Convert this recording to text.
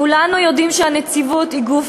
כולנו יודעים שהנציבות היא גוף